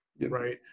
right